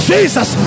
Jesus